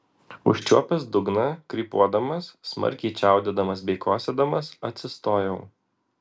užčiuopęs dugną krypuodamas smarkiai čiaudėdamas bei kosėdamas atsistojau